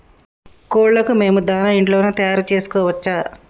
కోళ్లకు మేము దాణా ఇంట్లోనే తయారు చేసుకోవచ్చా?